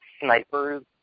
snipers